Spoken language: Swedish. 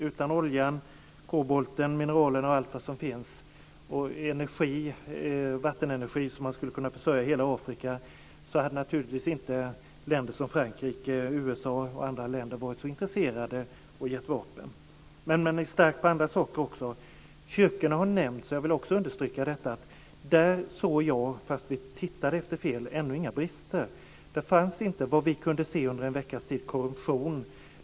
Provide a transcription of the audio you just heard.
Utan oljan, kobolten, mineralerna och allt vad som finns, t.ex. vattenenergi som man skulle kunna försörja hela Afrika med, hade naturligtvis inte länder som Frankrike, USA och andra varit så intresserade och gett vapen. Men man är stark på andra saker också. Kyrkorna har nämnts, och jag vill också understryka att där såg jag ännu inga brister, fast vi tittade efter fel. Vad vi kunde se under en veckas tid fanns det ingen korruption där.